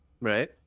Right